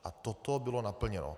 A toto bylo naplněno.